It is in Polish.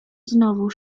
znowu